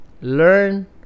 learn